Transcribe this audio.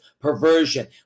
perversion